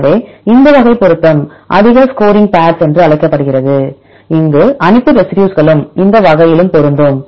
எனவே இந்த வகை பொருத்தம் அதிக ஸ்கோரிங் பார்ஸ் என்று அழைக்கப்படுகிறது அங்கு அனைத்து ரெசி டியூஸ்க்களும் இந்த வகையிலும் பொருந்தும்